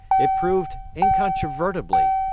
it proved, incontrovertibly,